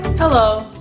Hello